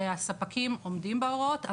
הספקים עומדים בהוראות.